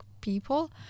people